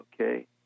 okay